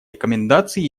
рекомендаций